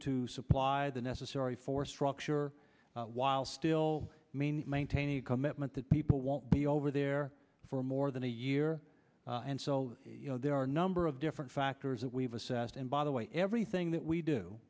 to supply the necessary force structure while still means maintaining a commitment that people won't be over there for more than a year and so there are a number of different factors that we've assessed and by the way everything that we do